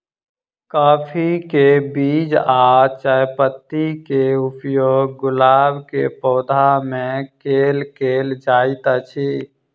काफी केँ बीज आ चायपत्ती केँ उपयोग गुलाब केँ पौधा मे केल केल जाइत अछि?